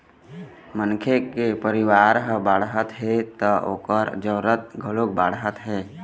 मनखे के परिवार ह बाढ़त हे त ओखर जरूरत घलोक बाढ़त हे